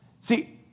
See